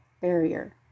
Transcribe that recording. barrier